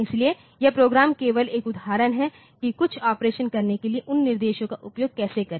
इसलिए यह प्रोग्राम केवल एक उदाहरण है कि कुछ ऑपरेशन करने के लिए उन निर्देशों का उपयोग कैसे करें